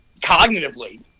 cognitively